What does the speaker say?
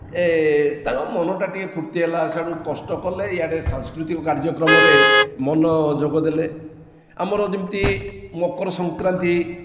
ଏ ତାଙ୍କ ମନଟା ଟିକେ ଫୁର୍ତ୍ତି ହେଲା ସିଆଡ଼େ କଷ୍ଟ କଲେ ଇଆଡ଼େ ସାଂସ୍କୃତିକ କାର୍ଯ୍ୟକ୍ରମରେ ମନଯୋଗ ଦେଲେ ଆମର ଯେମିତି ମକରସଂକ୍ରାନ୍ତି